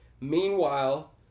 meanwhile